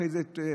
אחרי זה שואלים: